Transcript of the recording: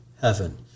heaven